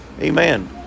amen